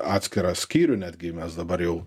atskirą skyrių netgi mes dabar jau